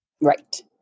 Right